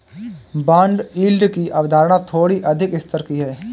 bond yield की अवधारणा थोड़ी अधिक स्तर की है